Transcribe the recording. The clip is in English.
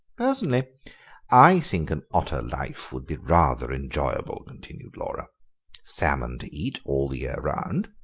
personally i think an otter life would be rather enjoyable, continued laura salmon to eat all the year round,